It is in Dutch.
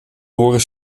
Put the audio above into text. horen